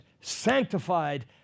sanctified